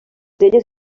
elles